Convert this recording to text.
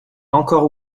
encore